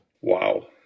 Wow